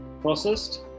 processed